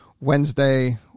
Wednesday